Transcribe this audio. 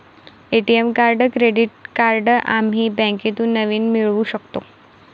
ATM card credit card आम्ही बँकेतून नवीन मिळवू शकतो